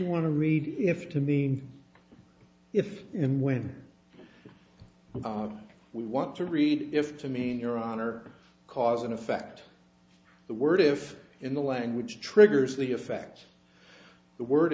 want to read if to mean if and when we want to read if to mean your honor cause and effect the word if in the language triggers the effect of the word